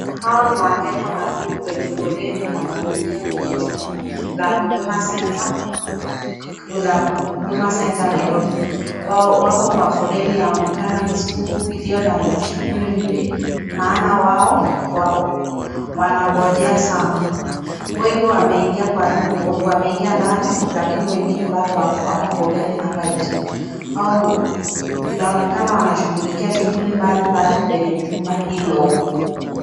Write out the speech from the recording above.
Hawa ni wakenya walio kwenye foleni ya kuingia kwenye chumba la huduma center Nairobi, wako kwa foleni yaonekana ni siku iliyo na shughuli mingi maana wao wanangojea sana, wengi wameingia ndani lakini wengine wamo foleni hapa nje, inaonekana wanashughulikia mambo mingi kwenye chumba hilo.